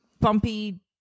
bumpy